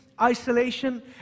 isolation